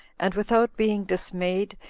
and, without being dismayed,